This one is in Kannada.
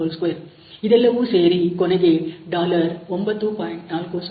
41² ಇದೆಲ್ಲವೂ ಸೇರಿ ಕೊನೆಗೆ 9